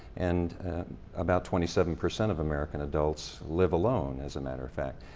and about twenty seven percent of american adults live alone, as a matter of fact.